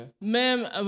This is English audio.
même